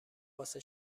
واسه